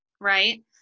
Right